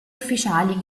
ufficiali